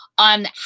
on